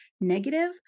negative